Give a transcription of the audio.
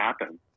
happen